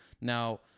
Now